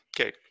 Okay